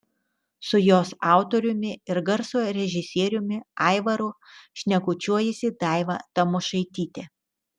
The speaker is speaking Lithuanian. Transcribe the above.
su jos autoriumi ir garso režisieriumi aivaru šnekučiuojasi daiva tamošaitytė